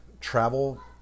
travel